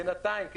בינתיים,